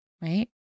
Right